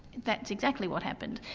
that's exactly what happened.